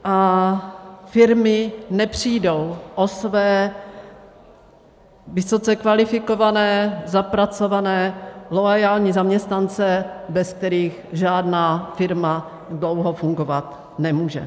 A firmy nepřijdou o své vysoce kvalifikované zapracované loajální zaměstnance, bez kterých žádná firma dlouho fungovat nemůže.